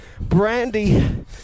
brandy